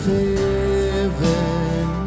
heaven